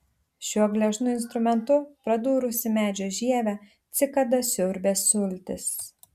šiuo gležnu instrumentu pradūrusi medžio žievę cikada siurbia sultis